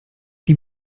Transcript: die